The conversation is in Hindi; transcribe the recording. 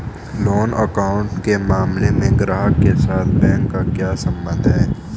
लोन अकाउंट के मामले में ग्राहक के साथ बैंक का क्या संबंध है?